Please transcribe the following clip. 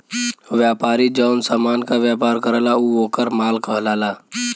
व्यापारी जौन समान क व्यापार करला उ वोकर माल कहलाला